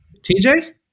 TJ